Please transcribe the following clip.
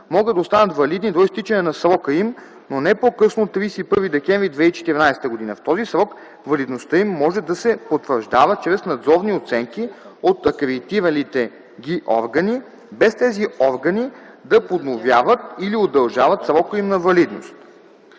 могат да останат валидни до изтичане на срока им, но не по-късно от 31 декември 2014 г. В този срок валидността им може да се потвърждава чрез надзорни оценки от акредитиралите ги органи, без тези органи да подновяват или удължават срока им на валидност”.